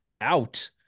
out